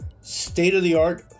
state-of-the-art